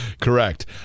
correct